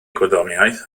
gwyddoniaeth